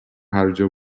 هرجا